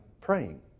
praying